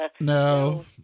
No